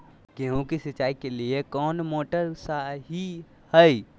गेंहू के सिंचाई के लिए कौन मोटर शाही हाय?